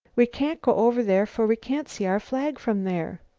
we can't go over there, for we can't see our flag from there.